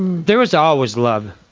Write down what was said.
there was always love.